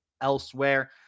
elsewhere